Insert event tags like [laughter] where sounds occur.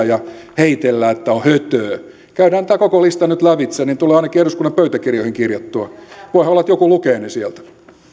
[unintelligible] ja heitellä että on hötöö käydään tämä koko lista nyt lävitse niin tulee ainakin eduskunnan pöytäkirjoihin kirjattua voihan olla että joku lukee ne sieltä